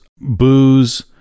booze